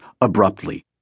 abruptly